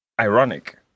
ironic